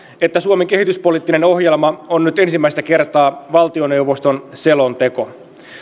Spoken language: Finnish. että suomen kehityspoliittinen ohjelma on nyt ensimmäistä kertaa valtioneuvoston selonteko